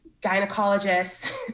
gynecologists